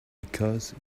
because